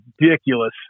ridiculous